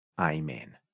Amen